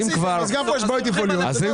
אז גם כאן יש בעיות תפעוליות ותעשו.